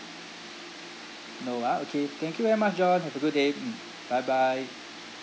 no ah okay thank you very much john have a good day mm bye bye